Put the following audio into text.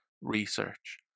research